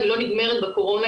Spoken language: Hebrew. היא לא נגמרת בקורונה,